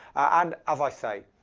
and as i say,